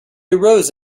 arose